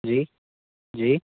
जी जी